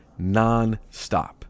nonstop